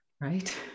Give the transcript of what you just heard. right